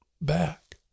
back